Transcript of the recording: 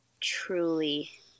truly